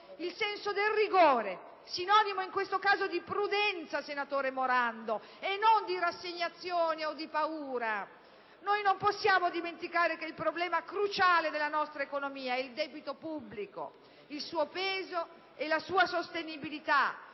il senso del rigore, sinonimo in questo caso di prudenza, senatore Morando, e non di rassegnazione o addirittura di paura. Non possiamo dimenticare che il problema cruciale della nostra economia è il debito pubblico, il suo peso e la sua sostenibilità,